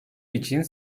için